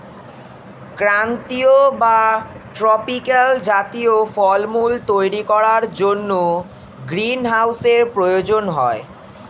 ক্রান্তীয় বা ট্রপিক্যাল জাতীয় ফলমূল তৈরি করার জন্য গ্রীনহাউসের প্রয়োজন হয়